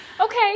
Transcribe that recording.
Okay